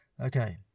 Okay